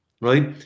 right